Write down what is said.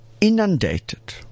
inundated